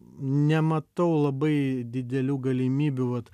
nematau labai didelių galimybių vat